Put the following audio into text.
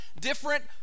different